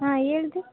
ಹಾಂ ಹೇಳ್ರಿ